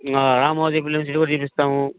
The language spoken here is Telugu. రామోజీ ఫిల్మ్ సిటీ కూడా చుపిస్తాము